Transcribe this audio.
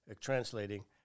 translating